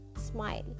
smile